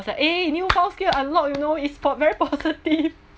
was like eh new house care unlocked you know it's for very positive